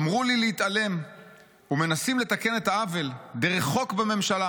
אמרו לי להתעלם ומנסים לתקן את העוול דרך חוק בממשלה.